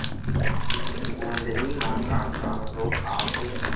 गोंदली म का का रोग आथे?